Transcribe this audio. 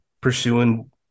pursuing